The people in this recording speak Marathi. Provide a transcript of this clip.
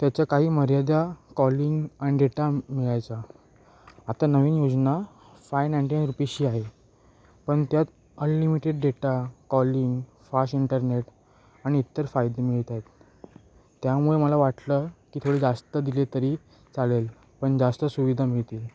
त्याच्या काही मर्यादा कॉलिंग आणि डेटा मिळायचा आता नवीन योजना फाय नाईन्टी नाईन रुपीची आहे पण त्यात unlimited data calling fast internet आणि इतर फायदे मिळत आहेत त्यामुळे मला वाटलं की थोडी जास्त दिले तरी चालेल पण जास्त सुविधा मिळतील